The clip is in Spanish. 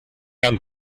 han